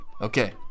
Okay